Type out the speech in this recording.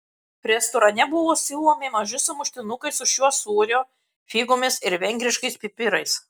restorane buvo siūlomi maži sumuštinukai su šiuo sūriu figomis ir vengriškais pipirais